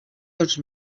dos